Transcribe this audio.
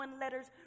letters